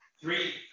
Three